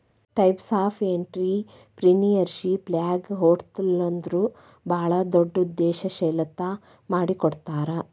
types of ಎನ್ಟ್ರಿಪ್ರಿನಿಯರ್ಶಿಪ್ನ್ಯಾಗ ಹೊಟಲ್ದೊರು ಭಾಳ್ ದೊಡುದ್ಯಂಶೇಲತಾ ಮಾಡಿಕೊಡ್ತಾರ